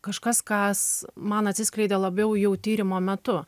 kažkas kas man atsiskleidė labiau jau tyrimo metu